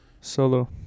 solo